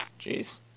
Jeez